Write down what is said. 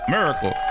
Miracle